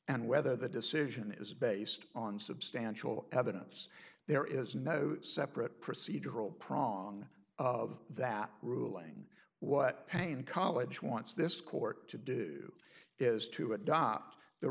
and whether the decision is based on substantial evidence there is no separate procedural prong of that ruling what pain college wants this court to do is to adopt the